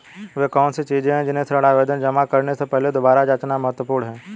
वे कौन सी चीजें हैं जिन्हें ऋण आवेदन जमा करने से पहले दोबारा जांचना महत्वपूर्ण है?